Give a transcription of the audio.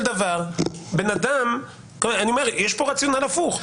אני אומר: יש פה רציונל הפוך.